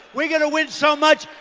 we're gonna win so much,